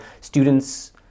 students